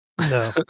No